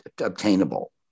obtainable